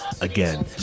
Again